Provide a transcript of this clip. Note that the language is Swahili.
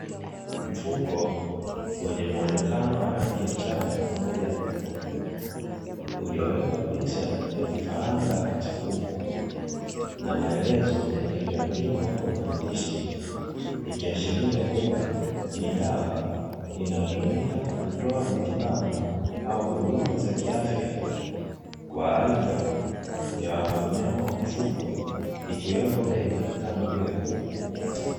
Mfuko wenye muonekano wa rangi ya njano pamoja na nyekundu, uliowekwa picha ya kifaranga cha kuku na maelezo yaliyoandikwa kwa maandishi, ikiashiria kuwa ni dawa inayotumika kutoa matibabu au huduma za kiafya kwa aina ya wanyama wa kufugwa ikiwemo ndege kama vile kuku.